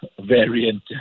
variant